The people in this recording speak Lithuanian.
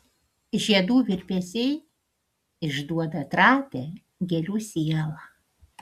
žiedų virpesiai išduoda trapią gėlių sielą